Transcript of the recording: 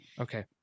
okay